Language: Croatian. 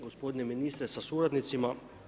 Gospodine ministre sa suradnicima.